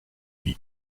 wie